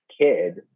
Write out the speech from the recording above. kid